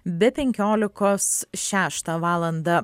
be penkiolikos šeštą valandą